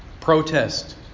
protest